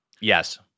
Yes